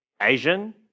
Asian